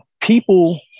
People